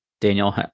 Daniel